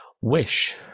Wish